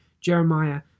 Jeremiah